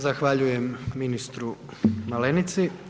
Zahvaljujem ministru Malenici.